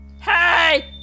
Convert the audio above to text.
Hey